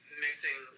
Mixing